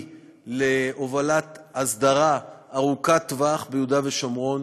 להובלת הסדרה ארוכת טווח ביהודה ושומרון,